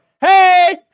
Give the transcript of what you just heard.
Hey